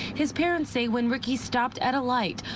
his parents say when ricky stopped at a light,